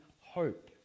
hope